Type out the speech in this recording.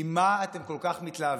ממה אתם כל כך מתלהבים?